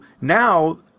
now